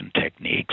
techniques